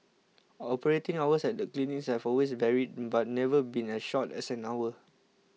operating hours at the clinics have always varied but never been as short as an hour